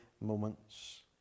moments